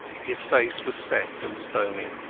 his face was set and stony.